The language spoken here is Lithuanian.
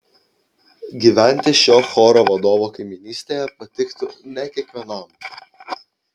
gyventi šio choro vadovo kaimynystėje patiktų ne kiekvienam